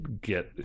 get